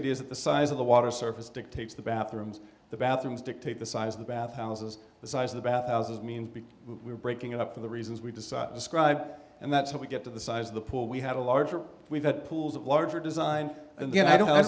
idea is that the size of the water surface dictates the bathrooms the bathrooms dictate the size of the bath houses the size of the bath houses means we're breaking it up for the reasons we decide describe and that's how we get to the size of the pool we have a larger we've got pools of larger design and then i don't